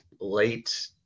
late